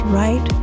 right